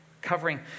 covering